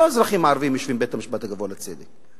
לא אזרחים ערבים יושבים בבית-המשפט הגבוה לצדק.